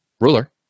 ruler